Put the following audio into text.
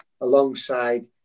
alongside